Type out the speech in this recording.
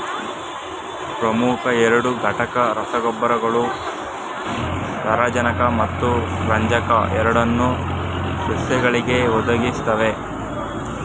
ಪ್ರಮುಖ ಎರಡು ಘಟಕ ರಸಗೊಬ್ಬರಗಳು ಸಾರಜನಕ ಮತ್ತು ರಂಜಕ ಎರಡನ್ನೂ ಸಸ್ಯಗಳಿಗೆ ಒದಗಿಸುತ್ವೆ